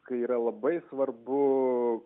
kai yra labai svarbu